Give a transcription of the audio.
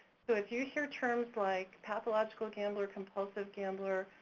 so if you hear terms like pathological gambler, compulsive gambler,